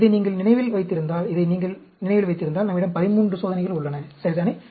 இதை நீங்கள் நினைவில் வைத்திருந்தால் இதை நீங்கள் நினைவில் வைத்திருந்தால் நம்மிடம் 13 சோதனைகள் உள்ளன சரிதானே